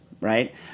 right